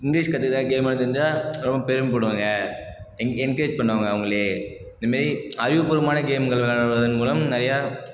English கற்றுக்குறதுக்காக game விளையாடுவது தெரிஞ்சால் ரொம்ப பெருமைப்பாடுவாங்க என் என்கரேஜ் பண்ணுவாங்க அவங்களே இதுமாரி அறிவுபூர்வமான கேம்கள் விளையாடுவதன் மூலம் நிறையா